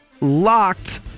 locked